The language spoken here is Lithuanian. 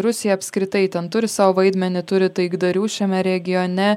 rusija apskritai ten turi savo vaidmenį turi taikdarių šiame regione